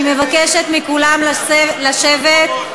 אני מבקשת מכולם לשבת,